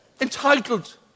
entitled